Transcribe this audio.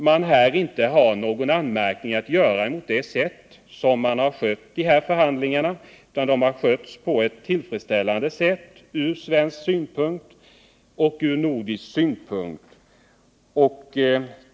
Vi har här ingen anmärkning att göra mot det sätt på vilket man har skött dessa förhandlingar, utan de har skötts på ett från svensk och nordisk synpunkt tillfredsställande sätt.